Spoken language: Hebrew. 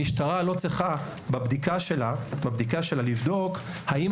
המשטרה לא צריכה בבדיקה שלה לבדוק האם